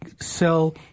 sell